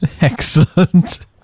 excellent